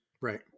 Right